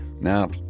now